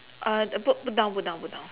uh put put down put down put down